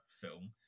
film